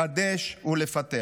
לחדש ולפתח,